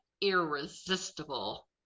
irresistible